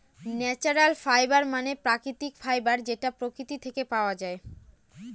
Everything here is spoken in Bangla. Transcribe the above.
ন্যাচারাল ফাইবার মানে প্রাকৃতিক ফাইবার যেটা প্রকৃতি থেকে পাওয়া যায়